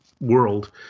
world